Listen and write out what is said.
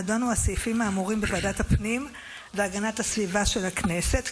נדונו הסעיפים האמורים בוועדת הפנים והגנת הסביבה של הכנסת,